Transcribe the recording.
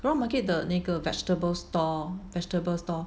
round market 的那个 vegetable stall vegetable stall